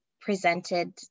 presented